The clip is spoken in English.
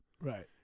Right